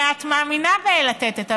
הרי את מאמינה בלתת את המידע,